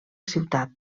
ciutat